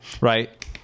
Right